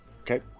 Okay